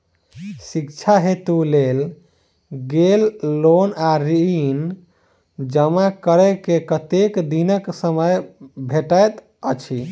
शिक्षा हेतु लेल गेल लोन वा ऋण जमा करै केँ कतेक दिनक समय भेटैत अछि?